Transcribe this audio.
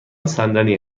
صندلی